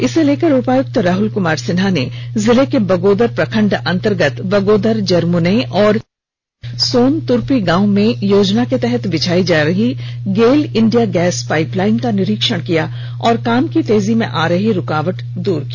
इसे लेकर उपायुक्त राहुल कुमार सिन्हा ने जिले के बगोदर प्रखंड अंतर्गत बगोदर जरमुने और सोनत्रपी गांव में योजना के तहत बिछाई जा रही गेल इंडिया गैस पाइपलाइन का निरीक्षण किया और काम की तेजी मे आ रही रुकावट को दूर किया